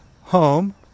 home